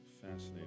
fascinating